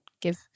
give